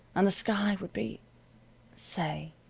and the sky would be say,